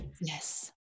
Yes